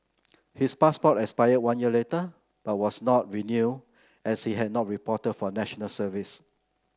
his passport expired one year later but was not renewed as he had not reported for National Service